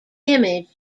image